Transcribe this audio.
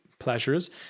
pleasures